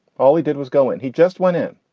all he did was go in. he just went in.